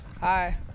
Hi